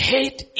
Hate